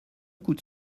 coûte